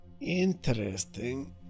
interesting